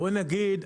בוא נגיד,